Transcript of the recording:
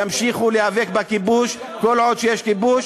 ימשיכו להיאבק בכיבוש כל עוד יש כיבוש,